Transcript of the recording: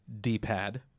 D-pad